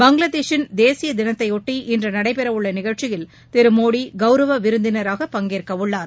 பங்களாதேஷின் தேசிய தினத்தையொட்டி இன்று நடைபெறவுள்ள நிகழ்ச்சியில் திரு மோடி கவுரவ விருந்தினராக பங்கேற்கவுள்ளார்